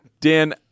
Dan